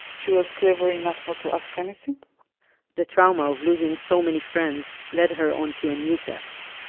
she was clever enough not to ask anything the trauma of losing so many friends led her onto a new path.